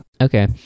Okay